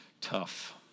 tough